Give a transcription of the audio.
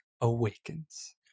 Awakens